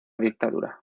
dictadura